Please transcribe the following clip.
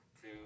Two